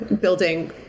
building